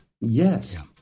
yes